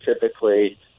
typically